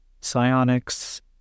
psionics